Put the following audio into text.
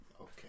Okay